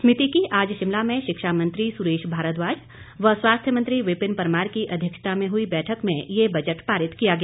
समिति की आज शिमला में शिक्षा मंत्री सुरेश भारद्वाज व स्वास्थ्य मंत्री विपिन परमार की अध्यक्षता में हई बैठक में ये बजट पारित किया गया